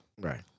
Right